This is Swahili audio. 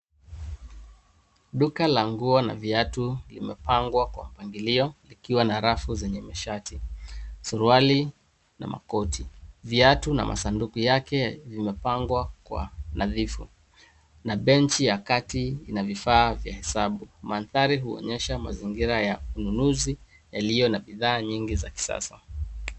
Duka la nguo na viatu limepangwa kwa mpangilio likiwa na rafu zenye mashati, suruali na makoti. Viatu na masanduku yake vimepangwa kwa nadhifu. Na bench ya kati ina vifaa vya hesabu. Mandhari huonyesha mazingira ya ununuzi yaliyo na bidhaa nyingi za kisasa.